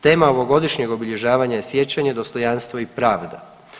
Tema ovogodišnjeg obilježavanja i sjećanja, dostojanstvo i pravda.